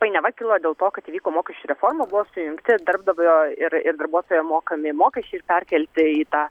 painiava kilo dėl to kad įvyko mokesčių reforma buvo sujungti darbdavio ir ir darbuotojo mokami mokesčiai ir perkelti į tą